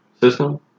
system